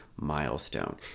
milestone